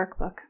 Workbook